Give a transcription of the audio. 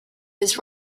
his